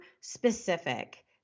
specific